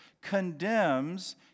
condemns